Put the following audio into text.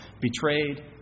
betrayed